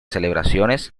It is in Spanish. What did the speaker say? celebraciones